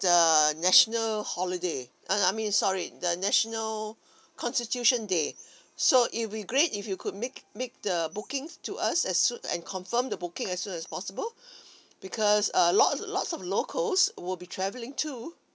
the national holiday uh I mean sorry the national constitution day so it'll be great if you could make make the bookings to us as soon and confirm the booking as soon as possible because uh lots lots of locals will be traveling too